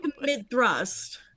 mid-thrust